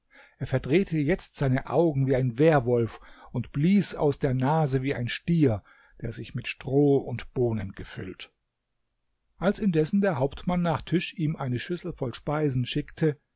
er verdrehte jetzt seine augen wie ein werwolf und blies aus der nase wie ein stier der sich mit stroh und bohnen gefüllt als indessen der hauptmann nach tisch ihm eine schüssel voll speisen schickte